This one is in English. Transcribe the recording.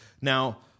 Now